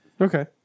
Okay